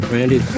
Randy